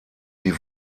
die